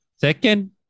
Second